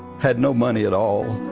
had no money at all,